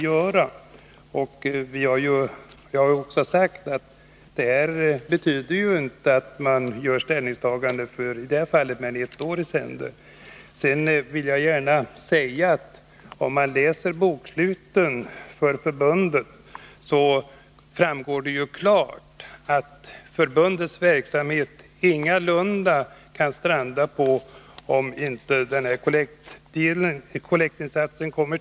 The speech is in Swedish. Detta betyder ju inte att man i det här fallet tar ställning för längre tid än ett år i sänder. Sedan vill jag understryka, att om man läser förbundets bokslut, framgår det ju klart att förbundets verksamhet ingalunda strandar, om kollekten inte tillkommer.